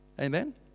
Amen